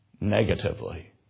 negatively